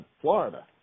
Florida